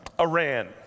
Iran